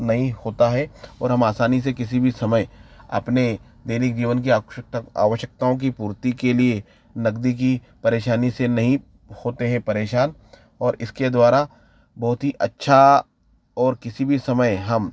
नहीं होता हैं और हम आसानी से किसी भी समय अपने दैनिक जीवन की आवश्यकता आवश्यकताओं की पूर्ति के लिए नगदी की परेशानी से नहीं होते हैं परेशान और इस के द्वारा बहुत ही अच्छा और किसी भी समय हम